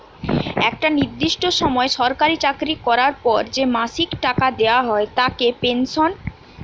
একটা নির্দিষ্ট সময় সরকারি চাকরি করার পর যে মাসিক টাকা দেওয়া হয় তাকে পেনশন বলতিছে